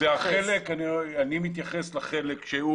אני מתייחס לחלק שהוא